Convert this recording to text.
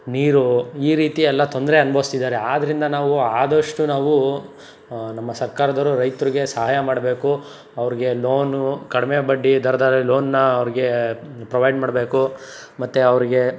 ನೀರು ಈ ರೀತಿ ಎಲ್ಲ ತೊಂದರೆ ಅನ್ಬೌಸ್ತಿದ್ದಾರೆ ಆದ್ದರಿಂದ ನಾವು ಆದಷ್ಟು ನಾವು ನಮ್ಮ ಸರ್ಕಾರದವರು ರೈತ್ರಿಗೆ ಸಹಾಯ ಮಾಡಬೇಕು ಅವ್ರಿಗೆ ಲೋನು ಕಡಿಮೆ ಬಡ್ಡಿ ದರದಲ್ಲಿ ಲೋನನ್ನ ಅವ್ರಿಗೆ ಪ್ರೊವೈಡ್ ಮಾಡಬೇಕು ಮತ್ತು ಅವ್ರಿಗೆ